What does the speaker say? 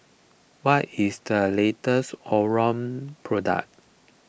what is the latest Omron product